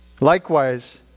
Likewise